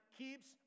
keeps